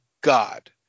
God